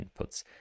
inputs